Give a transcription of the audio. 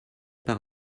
par